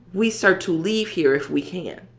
we start to leave here if we can.